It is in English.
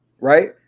right